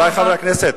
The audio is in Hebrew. בבקשה,